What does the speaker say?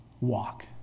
walk